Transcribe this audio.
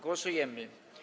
Głosujemy.